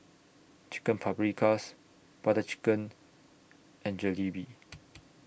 Chicken Paprikas Butter Chicken and Jalebi